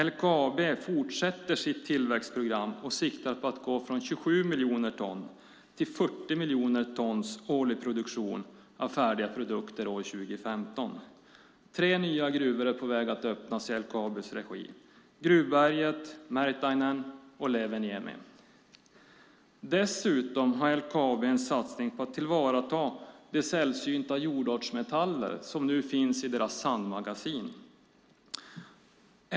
LKAB fortsätter sitt tillväxtprogram och siktar på att gå från 27 miljoner ton till 40 miljoner tons årlig produktion av färdiga produkter år 2015. Tre nya gruvor är på väg att öppnas i LKAB:s regi - Gruvberget, Mertainen och Leveäniemi. Dessutom har LKAB en satsning på att tillvarata de sällsynta jordartsmetaller som nu finns i deras sandmagasin.